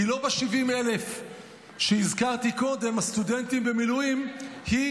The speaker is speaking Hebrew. היא לא ב-70,000 הסטודנטים במילואים שהזכרתי קודם,